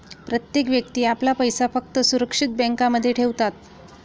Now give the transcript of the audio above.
प्रत्येक व्यक्ती आपला पैसा फक्त सुरक्षित बँकांमध्ये ठेवतात